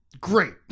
great